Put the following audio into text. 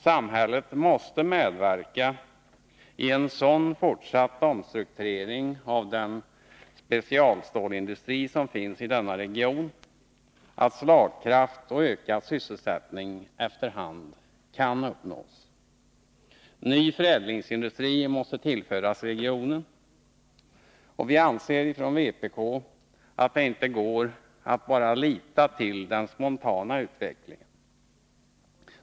Samhället måste medverka i en sådan fortsatt omstrukturering av den specialstålindustri som finns i denna region att slagkraft och ökad sysselsättning efter hand kan uppnås. Ny förädlingsindustri måste tillföras regionen. Vi anser från vpk att det inte går att bara lita till den spontana utvecklingen.